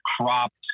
cropped